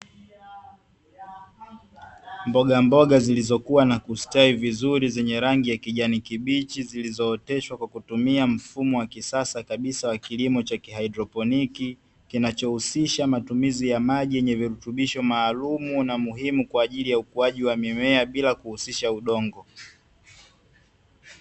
Mbogamboga zilizokua na kustawi vizuri zenye rangi ya kijani kibichi, zilizooteshwa kwa kutumia mfumo wa kisasa kabisa wa kilimo cha kihaidroponi, kinachohusisha matumizi ya maji yenye virutubisho maalumu na muhimu kwa ajili ya ukuaji wa mimea bila kuhusisha udongo.